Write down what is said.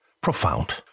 Profound